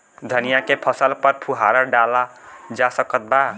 धनिया के फसल पर फुहारा डाला जा सकत बा?